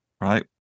Right